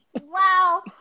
Wow